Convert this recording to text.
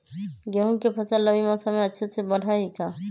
गेंहू के फ़सल रबी मौसम में अच्छे से बढ़ हई का?